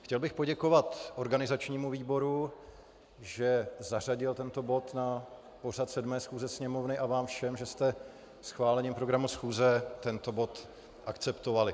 Chtěl bych poděkovat organizačnímu výboru, že zařadil tento bod na pořad 7. schůze Sněmovny, a vám všem, že jste schválením programu schůze tento bod akceptovali.